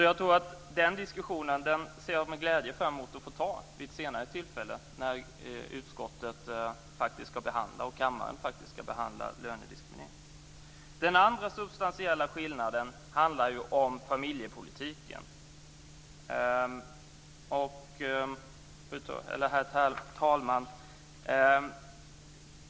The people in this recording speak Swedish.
Jag ser med glädje fram mot att få föra den diskussionen vid ett senare tillfälle när utskottet och kammaren ska behandla lönediskrimineringen. Herr talman! Den andra substantiella skillnaden handlar om familjepolitiken.